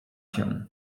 się